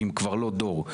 אם כבר לא דור.